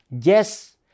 Yes